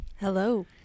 Hello